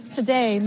today